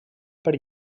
per